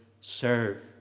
serve